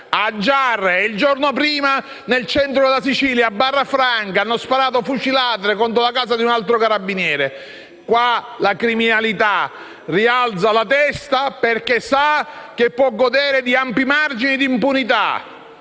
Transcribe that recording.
E il giorno prima nel centro della Sicilia, a Barrafranca, hanno sparato colpi di fucile contro la casa di un altro carabiniere. Qui la criminalità rialza la testa perché sa che può godere di ampi margini di impunità,